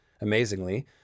Amazingly